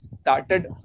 started